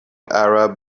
arab